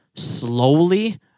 slowly